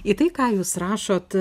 į tai ką jūs rašot